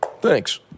Thanks